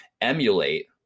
emulate